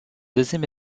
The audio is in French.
deuxième